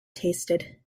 tasted